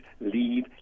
leave